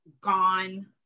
gone